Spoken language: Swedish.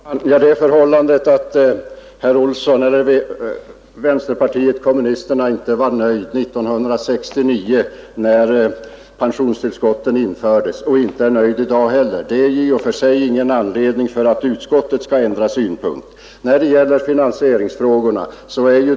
Herr talman! Det förhållandet att herr Olsson i Stockholm eller vänsterpartiet kommunisterna inte var nöjda 1969, när pensionstillskotten infördes, och inte heller är nöjda i dag är ju i och för sig inget skäl för utskottet att ändra ståndpunkt.